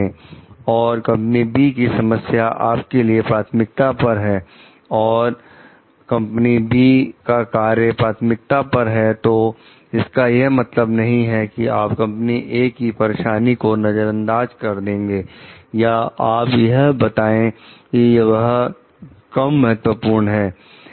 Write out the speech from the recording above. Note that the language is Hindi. और कंपनी " बी" की समस्या आपके लिए प्राथमिकता पर है और कंपनी " बी" का कार्य प्राथमिकता पर है तो इसका यह मतलब नहीं है कि आप कंपनी "ए " की परेशानी को नजरदाज करें या आप यह बताएं कि वह कम महत्वपूर्ण है